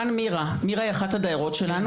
נמצאת איתנו כאן מירה, מירה היא אחת הדיירות שלנו.